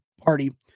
party